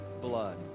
blood